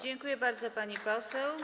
Dziękuję bardzo, pani poseł.